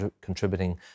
contributing